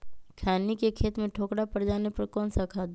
खैनी के खेत में ठोकरा पर जाने पर कौन सा खाद दी?